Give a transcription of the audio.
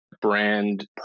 brand